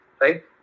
right